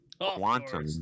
Quantum